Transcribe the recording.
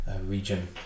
region